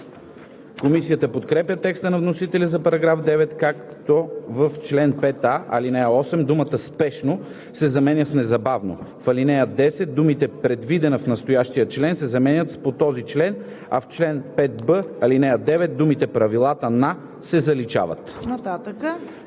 Комисията подкрепя текста на вносителя за § 9, като в чл. 5а, ал. 8 думата „спешно“ се заменя с „незабавно“, в ал. 10 думите „предвидена в настоящия член“ се заменят с „по този член“, а в чл. 5б, ал. 9 думите „правилата на“ се заличават.